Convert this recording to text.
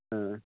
हा